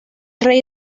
rey